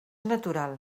natural